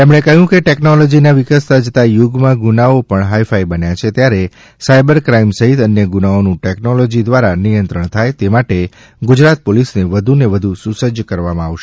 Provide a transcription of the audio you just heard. તેમણે કહ્યું કે ટેકનોલોજીના વિકસતા જતાં યુગમાં ગુનાઓ પણ હાઇફાઇ બન્યા છે ત્યારે સાઇબર ક્રાઇમ સહિત અન્ય ગુનાઓનું ટેકનોલોજી દ્વારા નિયંત્રણ થાય તે માટે ગુજરાત પોલીસને વધુને વધુ સુસજ્જ કરવામાં આવશે